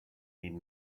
need